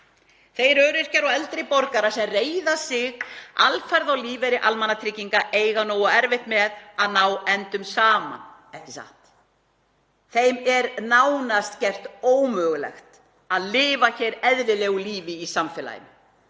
Þeir öryrkjar og eldri borgarar sem reiða sig alfarið á lífeyri almannatrygginga eiga nógu erfitt með að ná endum saman, ekki satt? Þeim er nánast gert ómögulegt að lifa eðlilegu lífi í samfélaginu